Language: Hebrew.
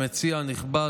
המציע הנכבד,